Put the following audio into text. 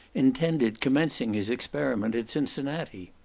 intended commencing his experiment at cincinnati.